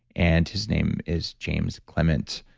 and his name is james clement.